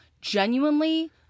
genuinely